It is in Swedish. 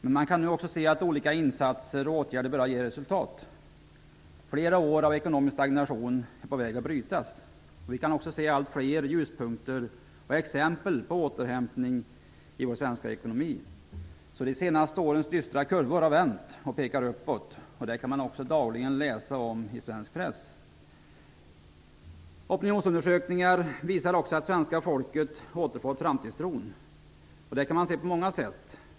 Men man kan nu se att olika insatser och åtgärder börjar ge resultat. Flera år av ekonomisk stagnation är på väg att brytas. Vi kan se allt fler ljuspunkter och exempel på återhämtning i svensk ekonomi. De senaste årens dystra kurvor har vänt och pekar nu uppåt. Detta kan man dagligen läsa om i svensk press. Opinionsundersökningar visar också att svenska folket återfått framtidstron. Det yttrar sig på många sätt.